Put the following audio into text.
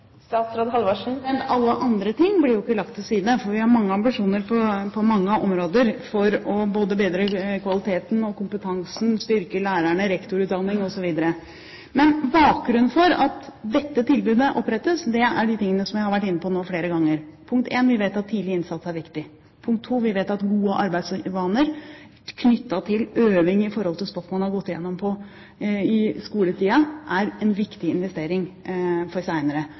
andre ting» blir ikke lagt til side. Vi har mange ambisjoner på mange områder for både å bedre kvaliteten og kompetansen, styrke lærerne, rektorutdanning, osv. Men bakgrunnen for at dette tilbudet opprettes, er de tingene som jeg har vært inne på nå flere ganger: Vi vet at tidlig innsats er viktig. Vi vet at gode arbeidsvaner knyttet til øving i stoff man har gått igjennom i skoletiden, er en viktig investering for